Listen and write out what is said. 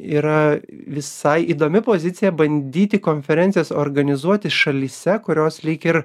yra visai įdomi pozicija bandyti konferencijas organizuoti šalyse kurios lyg ir